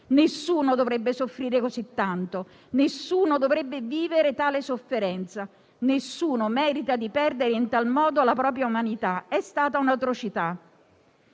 Nessuno dovrebbe soffrire così tanto, nessuno dovrebbe vivere tale sofferenza, nessuno merita di perdere in tal modo la propria umanità. È stata un'atrocità.